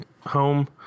home